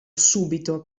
subito